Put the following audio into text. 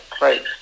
Right